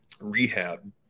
rehab